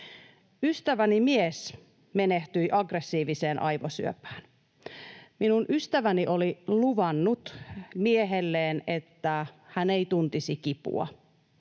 Ystäväni mies menehtyi aggressiiviseen aivosyöpään. Minun ystäväni oli luvannut miehelleen, että hän ei tuntisi kipua,